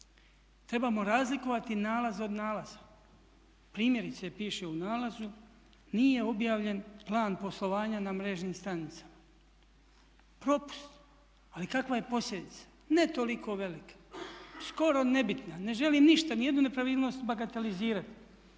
Trebamo razlikovati nalaz od nalaza. Primjerice piše u nalazu nije objavljen plan poslovanja na mrežnim stranicama, propust. Ali kakva je posljedica? Ne toliko velika, skoro nebitna, ne želim ništa, ni jednu nepravilnost bagatelizirati,